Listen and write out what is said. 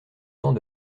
temps